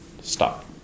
stop